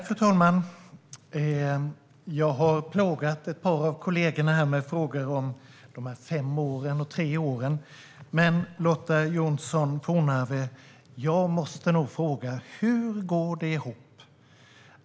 Fru talman! Jag har plågat ett par av kollegorna här med frågor om dessa fem och tre år, och jag måste nog fråga Lotta Johnsson Fornarve hur detta går ihop.